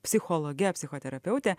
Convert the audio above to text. psichologe psichoterapeute